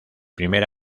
primer